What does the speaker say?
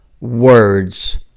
words